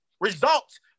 results